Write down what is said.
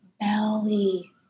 belly